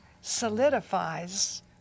solidifies